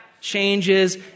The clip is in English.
changes